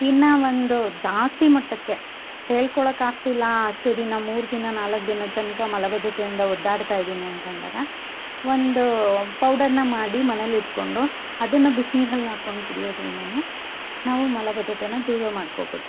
ಇನ್ನು ಒಂದು ಜಾಸ್ತಿ ಮಟ್ಟಕ್ಕೆ ಹೇಳ್ಕೊಳೋಕ್ಕೆ ಆಗ್ತಿಲ್ಲ ಅಷ್ಟು ದಿನ ಮೂರುದಿನ ನಾಲ್ಕು ದಿನ ತನಕ ಮಲಬದ್ಧತೆಯಿಂದ ಒದ್ದಾಡ್ತಾ ಇದ್ದಿನಿ ಅಂತ ಅಂದಾಗ ಒಂದು ಪೌಡರ್ನ ಮಾಡಿ ಮನೆಲಿ ಇಟ್ಕೊಂಡು ಅದನ್ನ ಬಿಸಿನೀರಲ್ ಹಾಕೊಂಡು ಕುಡಿಯೋದರಿಂದನ್ನು ನಾವು ಮಲಬದ್ಧತೆಯನ್ನು ದೂರ ಮಾಡಿಕೋಬೋದು